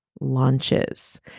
launches